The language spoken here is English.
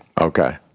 Okay